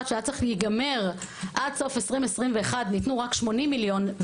שהיה צריך להיגמר עד סוף 2021 ניתנו רק 80 מיליון,